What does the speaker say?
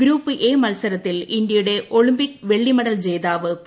group A മത്സരത്തിൽ ഇന്ത്യയുടെ Olympic വെള്ളി മെഡൽ ജേതാവ് പി